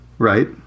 Right